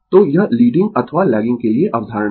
तो यह लीडिंग अथवा लैगिंग के लिए अवधारणा है